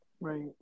Right